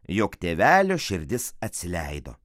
jog tėvelio širdis atsileido